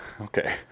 Okay